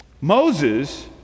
Moses